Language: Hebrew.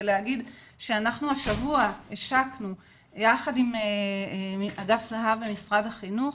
ולהגיד שאנחנו השבוע השקנו יחד עם אגף זה"ב במשרד החינוך